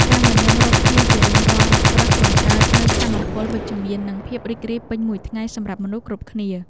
ការញញឹមរកគ្នាជារៀងរាល់ព្រឹកបង្កើតនូវថាមពលវិជ្ជមាននិងភាពរីករាយពេញមួយថ្ងៃសម្រាប់មនុស្សគ្រប់គ្នា។